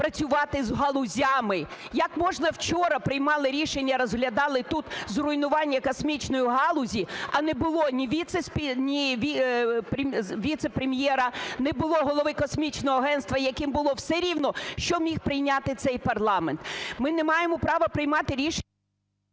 працювати з галузями. Як можна? Вчора приймали рішення, розглядали тут зруйнування космічної галузі, а не було ні віце-прем'єра, не було голови космічного агентства, яким було все рівно, що міг прийняти цей парламент. Ми не маємо права приймати рішення…